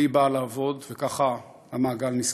והיא באה לעבוד, וככה המעגל נסגר.